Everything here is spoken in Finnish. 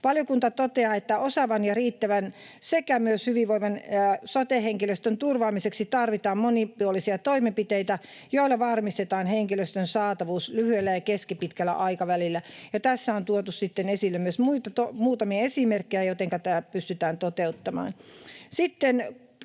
Valiokunta toteaa, että osaavan ja riittävän sekä myös hyvinvoivan sote-henkilöstön turvaamiseksi tarvitaan monipuolisia toimenpiteitä, joilla varmistetaan henkilöstön saatavuus lyhyellä ja keskipitkällä aikavälillä. Ja tässä on tuotu sitten esille myös muutamia esimerkkejä, mitenkä tämä pystytään toteuttamaan. Sitten